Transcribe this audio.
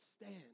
stand